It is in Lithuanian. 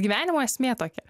gyvenimo esmė tokia